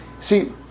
see